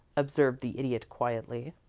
observed the idiot, quietly.